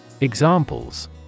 Examples